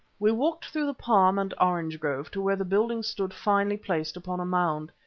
we walked through the palm and orange grove to where the building stood finely placed upon a mound.